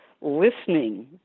listening